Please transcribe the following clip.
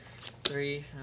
Three